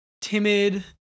timid